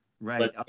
right